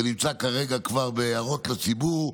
זה נמצא כרגע כבר בהערות לציבור,